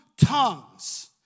tongues